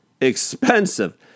expensive